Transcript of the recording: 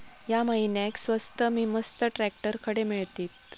या महिन्याक स्वस्त नी मस्त ट्रॅक्टर खडे मिळतीत?